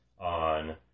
on